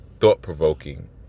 thought-provoking